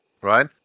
Right